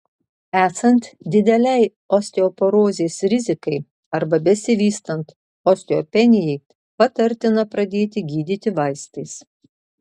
esant didelei osteoporozės rizikai arba besivystant osteopenijai patartina pradėti gydyti vaistais